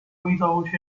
without